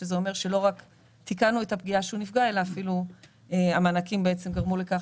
שזה אומר שלא רק תיקנו את הפגיעה שהוא נפגע אלא אפילו המענקים גרמו לכך